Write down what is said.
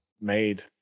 made